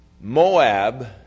Moab